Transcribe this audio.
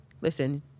Listen